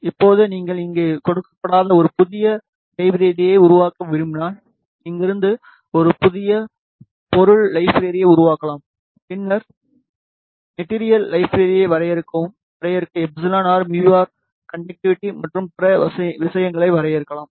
இப்போது நீங்கள் இங்கு கொடுக்கப்படாத ஒரு புதிய லைஃப்பெரியை உருவாக்க விரும்பினால் இங்கிருந்து ஒரு புதிய பொருள் லைஃப்பெரியை உருவாக்கலாம் பின்னர் மேட்டிரியல் லைஃப்பெரியை வரையறுக்க εr μrகன்டேட்டிவிடி மற்றும் பிற விஷயங்களை வரையறுக்கலாம்